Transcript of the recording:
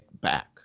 back